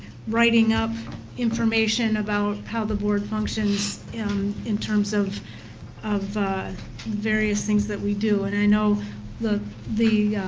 writing up information about how the board functions in in terms of of various things that we do. and i know the the